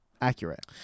Accurate